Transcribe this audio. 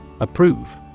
Approve